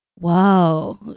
Whoa